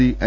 E I